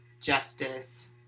justice